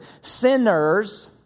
sinners